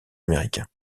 américains